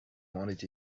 wanted